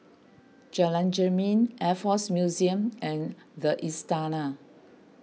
Jalan Jermin Air force Museum and the Istana